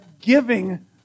giving